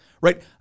right